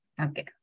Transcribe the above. Okay